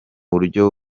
buryo